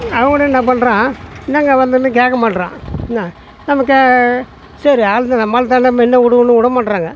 அவங்கூட என்ன பண்ணுறான் என்ன இங்கே வந்தேன்னு கேட்க மாட்றான் என்ன நமக்கு சரி ஆள் தான் நம்மாள் தானே முன்ன விடுவோன்னு விட மாட்றாங்க